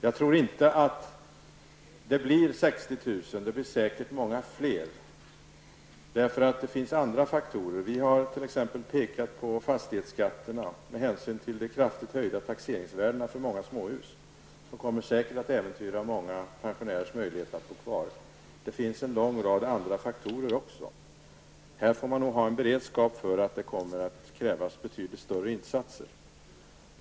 Jag tror inte att det blir 60 000. Det blir säkert många fler, därför att det finns andra faktorer som inverkar. Vi har t.ex. pekat på fastighetsskatten. De kraftigt höjda taxeringsvärdena för många småhus kommer säkert att äventyra många pensionärers möjligheter att bo kvar. Det finns en lång rad andra faktorer också. Här får man nog ha en beredskap för att det kommer att krävas betydligt större insatser.